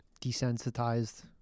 Desensitized